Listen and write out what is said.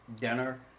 dinner